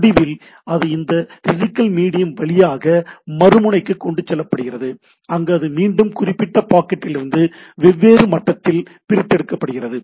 முடிவில் அது இந்த பிசிகல் மீடியம் வழியாக மறுமுனைக்கு கொண்டு செல்லப்படுகிறது அங்கு அது மீண்டும் குறிப்பிட்ட பாக்கெட்டிலிருந்து வெவ்வேறு மட்டத்தில் பிரித்தெடுக்கப்படுகிறது